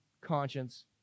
conscience